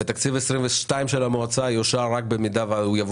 ותקציב 2022 של המועצה יאושר רק במידה והוא יבוא